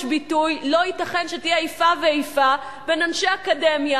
ביטוי לא ייתכן שתהיה איפה ואיפה בין אנשי אקדמיה,